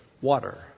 Water